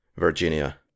Virginia